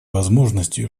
возможностью